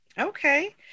Okay